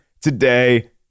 today